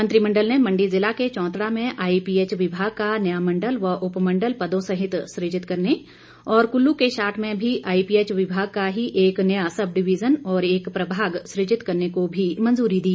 मंत्रिमंडल ने मंडी जिला के चौंतड़ा में आईपीएच विभाग का नया मंडल व उपमंडल पदों सहित सुजित करने और कल्लू के शाट में भी आई पीएच विभाग का ही एक नया सबडिविजन और एक प्रभाग सृजित करने को भी मंजूरी दी